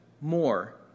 more